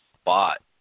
spot